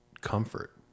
comfort